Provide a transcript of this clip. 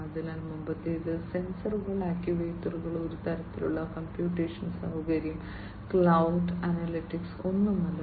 അതിനാൽ മുമ്പത്തേത് സെൻസറുകൾ ആക്യുവേറ്ററുകൾ ഒരു തരത്തിലുള്ള കമ്പ്യൂട്ടേഷണൽ സൌകര്യം ക്ലൌഡ് അനലിറ്റിക്സ് ഒന്നുമില്ല